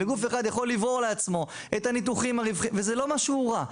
וגוף אחד יכול לברור לעצמו את הניתוחים הרווחיים וזה לא משהו רע.